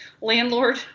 landlord